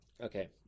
Okay